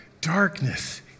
Darkness